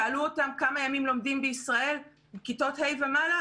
שאלו אותם: כמה ימים לומדים בישראל מכיתות ה' ומעלה?